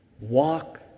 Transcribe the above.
walk